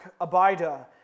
Abida